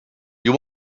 you